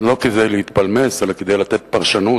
לא כדי להתפלמס, אלא כדי לתת פרשנות